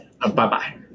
Bye-bye